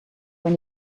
when